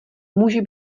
může